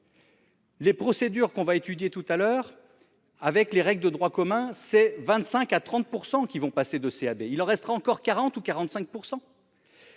Les procédures qu'on va étudier tout à l'heure avec les règles de droit commun. C'est 25 à 30% qui vont passer de C à B.. Il en restera encore 40 ou 45%.